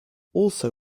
also